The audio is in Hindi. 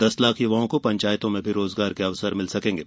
दस लाख युवाओं को पंचायतों में रोजगार के अवसर मिलेंगे